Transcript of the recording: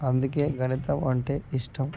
అందుకే గణితం అంటే ఇష్టం